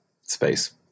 space